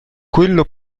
quello